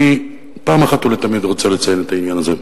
אני, פעם אחת ולתמיד רוצה לציין את העניין הזה.